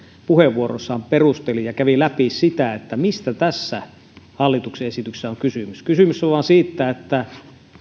puheenvuorossaan perusteli ja kävi läpi sitä mistä tässä hallituksen esityksessä on kysymys kysymys on vain siitä että